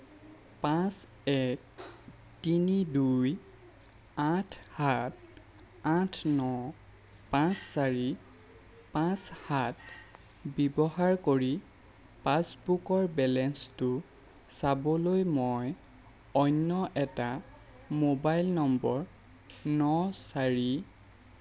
পাঁচ এক তিনি দুই আঠ সাত আঠ ন পাঁচ চাৰি পাঁচ সাত ব্যৱহাৰ কৰি পাছবুকৰ বেলেঞ্চটো চাবলৈ মই অন্য এটা মোবাইল নম্বৰ ন চাৰি